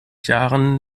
jahren